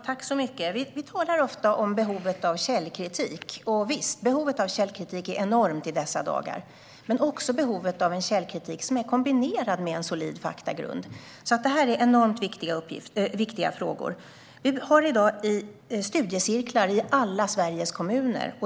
Fru talman! Vi talar ofta om behovet av källkritik. Visst, behovet av källkritik är enormt i dessa dagar. Men det finns också ett behov av en källkritik som är kombinerad med solid faktagrund. Det är enormt viktiga frågor. Vi har i dag studiecirklar i alla Sveriges kommuner.